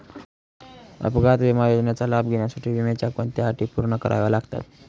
अपघात विमा योजनेचा लाभ घेण्यासाठी विम्याच्या कोणत्या अटी पूर्ण कराव्या लागतात?